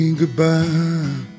goodbye